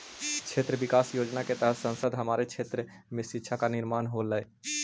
क्षेत्र विकास योजना के तहत संसद हमारे क्षेत्र में शिक्षा का निर्माण होलई